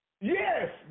Yes